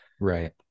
Right